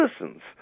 citizens